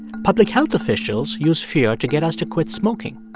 public health officials use fear to get us to quit smoking.